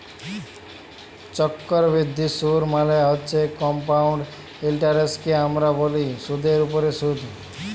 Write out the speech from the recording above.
চক্করবিদ্ধি সুদ মালে হছে কমপাউল্ড ইলটারেস্টকে আমরা ব্যলি সুদের উপরে সুদ